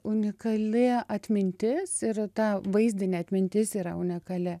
unikali atmintis ir ta vaizdinė atmintis yra unikali